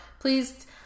please